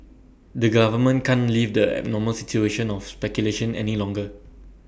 the government can't leave the abnormal situation of speculation any longer